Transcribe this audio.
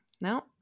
No